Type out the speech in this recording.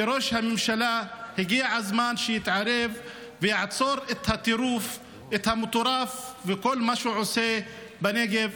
הגיע הזמן שראש הממשלה יתערב ויעצור את המטורף וכל מה שהוא עושה בנגב.